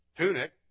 tunic